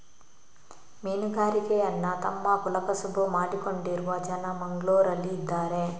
ಮೀನುಗಾರಿಕೆಯನ್ನ ತಮ್ಮ ಕುಲ ಕಸುಬು ಮಾಡಿಕೊಂಡಿರುವ ಜನ ಮಂಗ್ಳುರಲ್ಲಿ ಇದಾರೆ